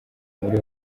muri